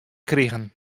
krigen